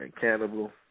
Cannibal